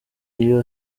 iyo